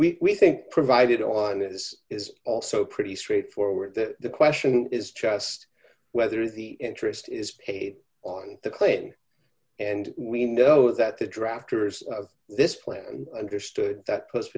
plane we think provided on this is also pretty straightforward that the question is just whether the interest is paid on the claim and we know that the drafters of this plan understood that p